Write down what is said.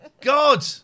God